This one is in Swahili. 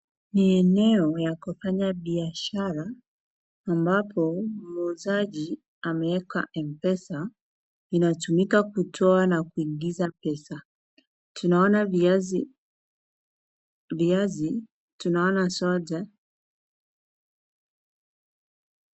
Ni eneo ya kufanya biashara ambapo muuzaji ameweka mpesa inatumika kutoa na kuingiza pesa. Tunaona viazi, viazi tunaona sote.